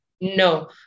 No